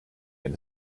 wenn